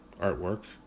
artwork